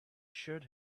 assured